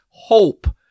Hope